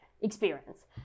experience